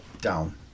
down